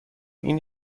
این